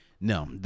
no